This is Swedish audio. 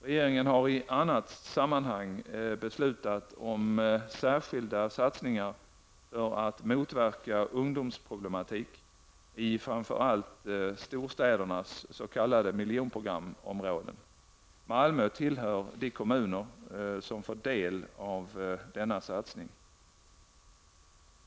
Regeringen har i annat sammanhang beslutat om särskilda satsningar för att motverka ungdomsproblematik i framför allt storstädernas s.k. miljonprogramområden. Malmö tillhör de kommuner som får del av denna satsning.